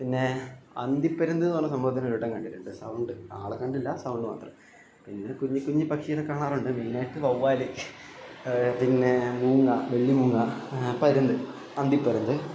പിന്നേ അന്തിപ്പരുന്തെന്നു പറഞ്ഞ സംഭവത്തിനേ ഒരു വട്ടം കണ്ടിട്ടുണ്ട് സൗണ്ട് ആളേ കണ്ടില്ല സൗണ്ട് മാത്രം പിന്നെ കുഞ്ഞിക്കുഞ്ഞി പക്ഷിയെ കാണാറുണ്ട് മെയിനായിട്ട് വവ്വാൽ പിന്നെ മൂങ്ങ വെള്ളി മൂങ്ങ പരുന്ത് അന്തിപ്പരുന്ത്